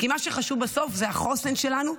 כי מה שחשוב בסוף זה החוסן שלנו,